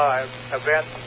Event